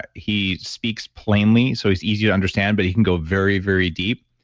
but he speaks plainly, so he's easy to understand, but he can go very, very deep,